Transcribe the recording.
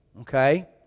okay